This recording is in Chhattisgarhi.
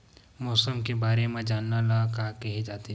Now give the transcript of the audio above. मौसम के बारे म जानना ल का कहे जाथे?